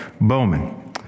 Bowman